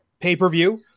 pay-per-view